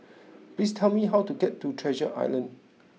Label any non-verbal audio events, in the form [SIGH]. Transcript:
[NOISE] please tell me how to get to Treasure Island